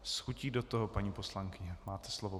S chutí do toho, paní poslankyně, máte slovo.